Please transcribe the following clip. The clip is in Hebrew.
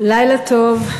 לילה טוב,